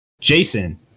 Jason